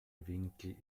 winkel